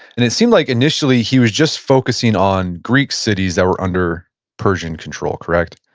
and it seemed like initially, he was just focusing on greek cities that were under persian control. correct?